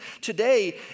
Today